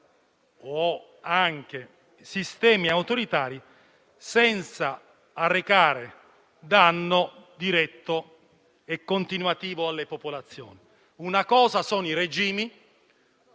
o anche sistemi autoritari senza arrecare danno diretto e continuativo alle popolazioni. Una cosa sono i regimi